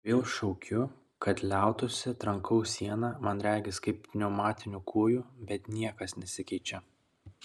vėl šaukiu kad liautųsi trankau sieną man regis kaip pneumatiniu kūju bet niekas nesikeičia